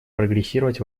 прогрессировать